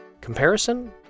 Comparison